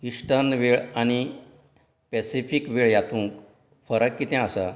eastern वेळ आनी pacific वेळ यातूंक फरक कितें आसा